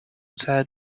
said